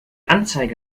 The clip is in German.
anzeige